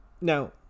Now